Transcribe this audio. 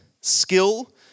skill